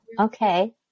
Okay